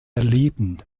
erleben